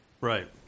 Right